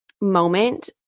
moment